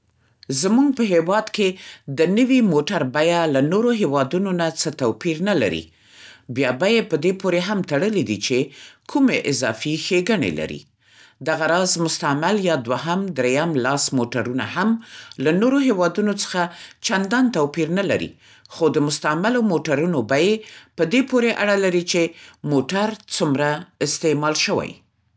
زموږ په هېواد کې د نوي موټر بیه له نورو هېوادونو نه څه توپیر نه لري. بیا بیې په دې پورې هم تړلې دي چې کومې اضافي ښېګڼې لري. دغه راز مستعمل یا دوهم، دریم لاس موټرونه هم له نورو هېوادونو څخه چندان توپیر نه لري. خو د مستعملو موټرونو بیې په دې پورې اړه لري چې موټر څومره استعمال شوی.